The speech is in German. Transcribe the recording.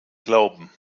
glauben